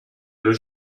blue